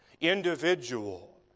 individual